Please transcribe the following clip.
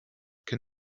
can